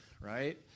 right